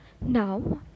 Now